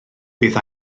bydd